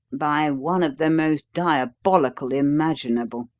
by one of the most diabolical imaginable.